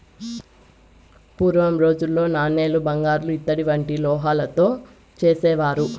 పూర్వం రోజుల్లో నాణేలు బంగారు ఇత్తడి వంటి లోహాలతో చేసేవారు